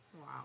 Wow